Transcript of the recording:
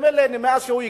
ממילא מאז שהוא הקפיא,